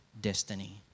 destiny